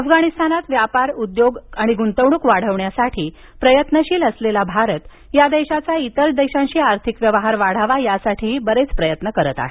अफगाणिस्तानात व्यापार उद्योग आणि गुंतवणूक वाढवण्यासाठी प्रयत्नशील असलेला भारत या देशाचा इतर शेजारील देशांशी आर्थिक व्यवहार वाढावा यासाठी बरेच प्रयत्न करत आहे